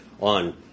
on